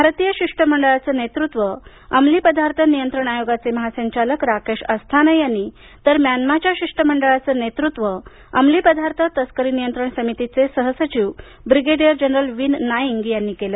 भारतीय शिष्टमंडळाचे नेतृत्व अंमली पदार्थ नियंत्रण आयोगाचे महासंचालक राकेश अस्थाना यांनी तर म्यानमाच्या शिष्टमंडळाचे नेतृत्व अंमली पदार्थ तस्करी नियंत्रण समितीचे सह सचिव ब्रिगेडीअर जनरल विन नाईन्ग यांनी केलं